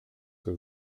que